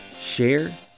share